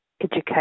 education